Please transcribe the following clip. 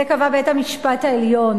את זה קבע בית-המשפט העליון.